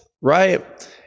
right